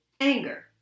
anger